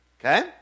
Okay